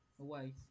away